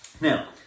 Now